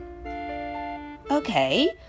Okay